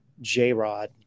j-rod